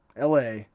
LA